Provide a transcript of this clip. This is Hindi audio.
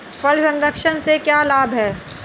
फल संरक्षण से क्या लाभ है?